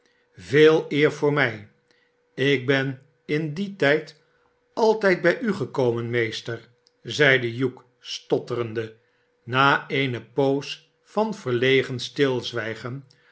sveel eer voor mij ik ben in dien tijd altijd bij u gekomen meester zeide hugh stotterende na eene poos van verlegen stilzwijgen